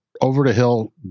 over-the-hill